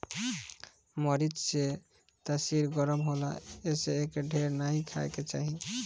मरीच के तासीर गरम होला एसे एके ढेर नाइ खाए के चाही